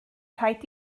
rhaid